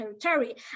territory